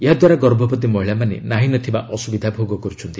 ଏହାଦ୍ୱାରା ଗର୍ଭବତୀ ମହିଳାମାନେ ନାହିଁ ନଥିବା ଅସୁବିଧା ଭୋଗ କରୁଛନ୍ତି